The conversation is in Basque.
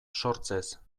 sortzez